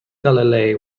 galilei